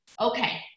okay